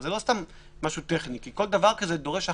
זה לא סתם משהו טכני כי כל דבר כזה דורש החלטה,